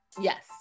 Yes